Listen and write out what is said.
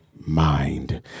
mind